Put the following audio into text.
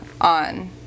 on